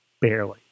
Barely